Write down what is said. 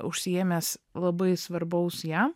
užsiėmęs labai svarbaus jam